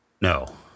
No